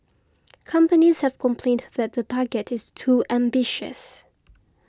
companies have complained that the target is too ambitious